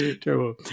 Terrible